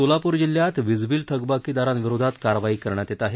सोलापूर जिल्ह्यात वीजबिल थकबाकीदारांविरोधात कारवाई करण्यात येत आहे